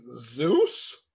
Zeus